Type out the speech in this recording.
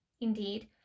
indeed